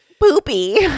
poopy